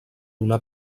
una